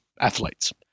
athletes